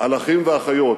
על אחים ואחיות,